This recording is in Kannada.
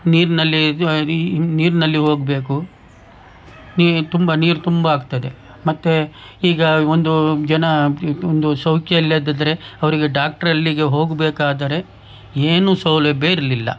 ನೀರಿನಲ್ಲಿ ನೀರಿನಲ್ಲಿ ಹೋಗ್ಬೇಕು ನೀರು ತುಂಬ ನೀರು ತುಂಬ ಆಗ್ತದೆ ಮತ್ತೆ ಈಗ ಒಂದೂ ಜನ ಒಂದು ಸೌಖ್ಯ ಇಲ್ಲದಿದ್ರೆ ಅವರಿಗೆ ಡಾಕ್ಟ್ರಲ್ಲಿಗೆ ಹೋಗಬೇಕಾದರೆ ಏನು ಸೌಲಭ್ಯ ಇರಲಿಲ್ಲ